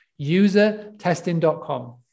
usertesting.com